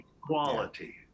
quality